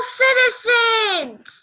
citizens